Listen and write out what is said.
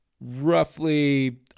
roughly